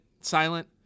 silent